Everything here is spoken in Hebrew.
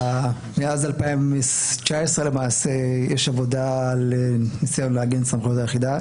מאז 2019 למעשה יש ניסיון לעגן סמכויות ליחידה,